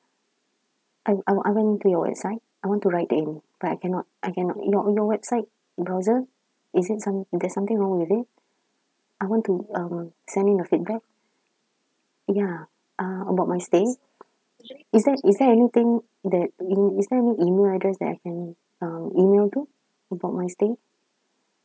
I I I went to your website I want to write in but I cannot I cannot your your website browser is it some~ there's something wrong with it I want to uh send in a feedback ya uh about my stay is there is there anything that e~ is there any email address that I can um email to about my stay